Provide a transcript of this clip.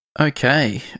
Okay